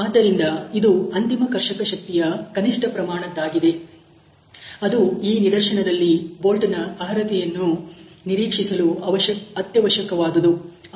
ಆದ್ದರಿಂದ ಇದು ಅಂತಿಮ ಕರ್ಷಕ ಶಕ್ತಿಯ ಕನಿಷ್ಠ ಪ್ರಮಾಣದ್ದಾಗಿದೆ ಅದು ಈ ನಿದರ್ಶನದಲ್ಲಿ ಬೋಲ್ಟ್'ನ ಅರ್ಹತೆ ಯನ್ನು ನಿರೀಕ್ಷಿಸಲು ಅತ್ಯವಶ್ಯಕವಾದದು